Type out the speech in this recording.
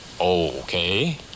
Okay